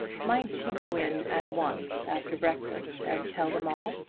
might she go in at once after breakfast and tell them all?